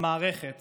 המערכת